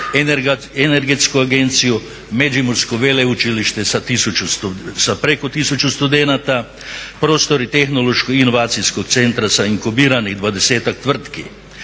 Energetsku agenciju, Međimurko veleučilište sa preko tisuću studenata, prostori Tehnološko inovacijskog centra sa inkubiranih 20-ak tvrtki,